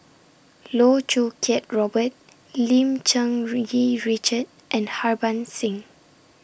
Loh Choo Kiat Robert Lim Cherng Yih Richard and Harbans Singh